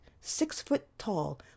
six-foot-tall